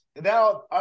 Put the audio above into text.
Now